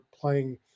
playing –